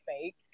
fake